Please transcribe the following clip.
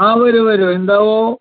ആ വരൂ വരൂ എന്താവോ